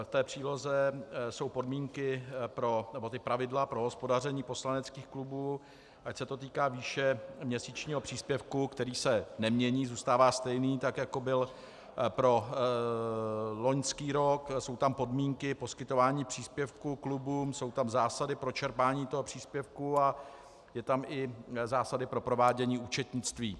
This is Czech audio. V té příloze jsou podmínky nebo pravidla pro hospodaření poslaneckých klubů, ať se to týká výše měsíčního příspěvku, který se nemění, zůstává stejný, tak jako byl pro loňský rok, jsou tam podmínky poskytování příspěvků klubům, jsou tam zásady pro čerpání toho příspěvku a jsou tam i zásady pro provádění účetnictví.